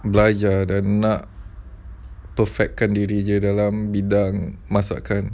belajar dan nak perfect kan diri dia dalam bidang masakan